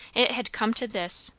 it had come to this!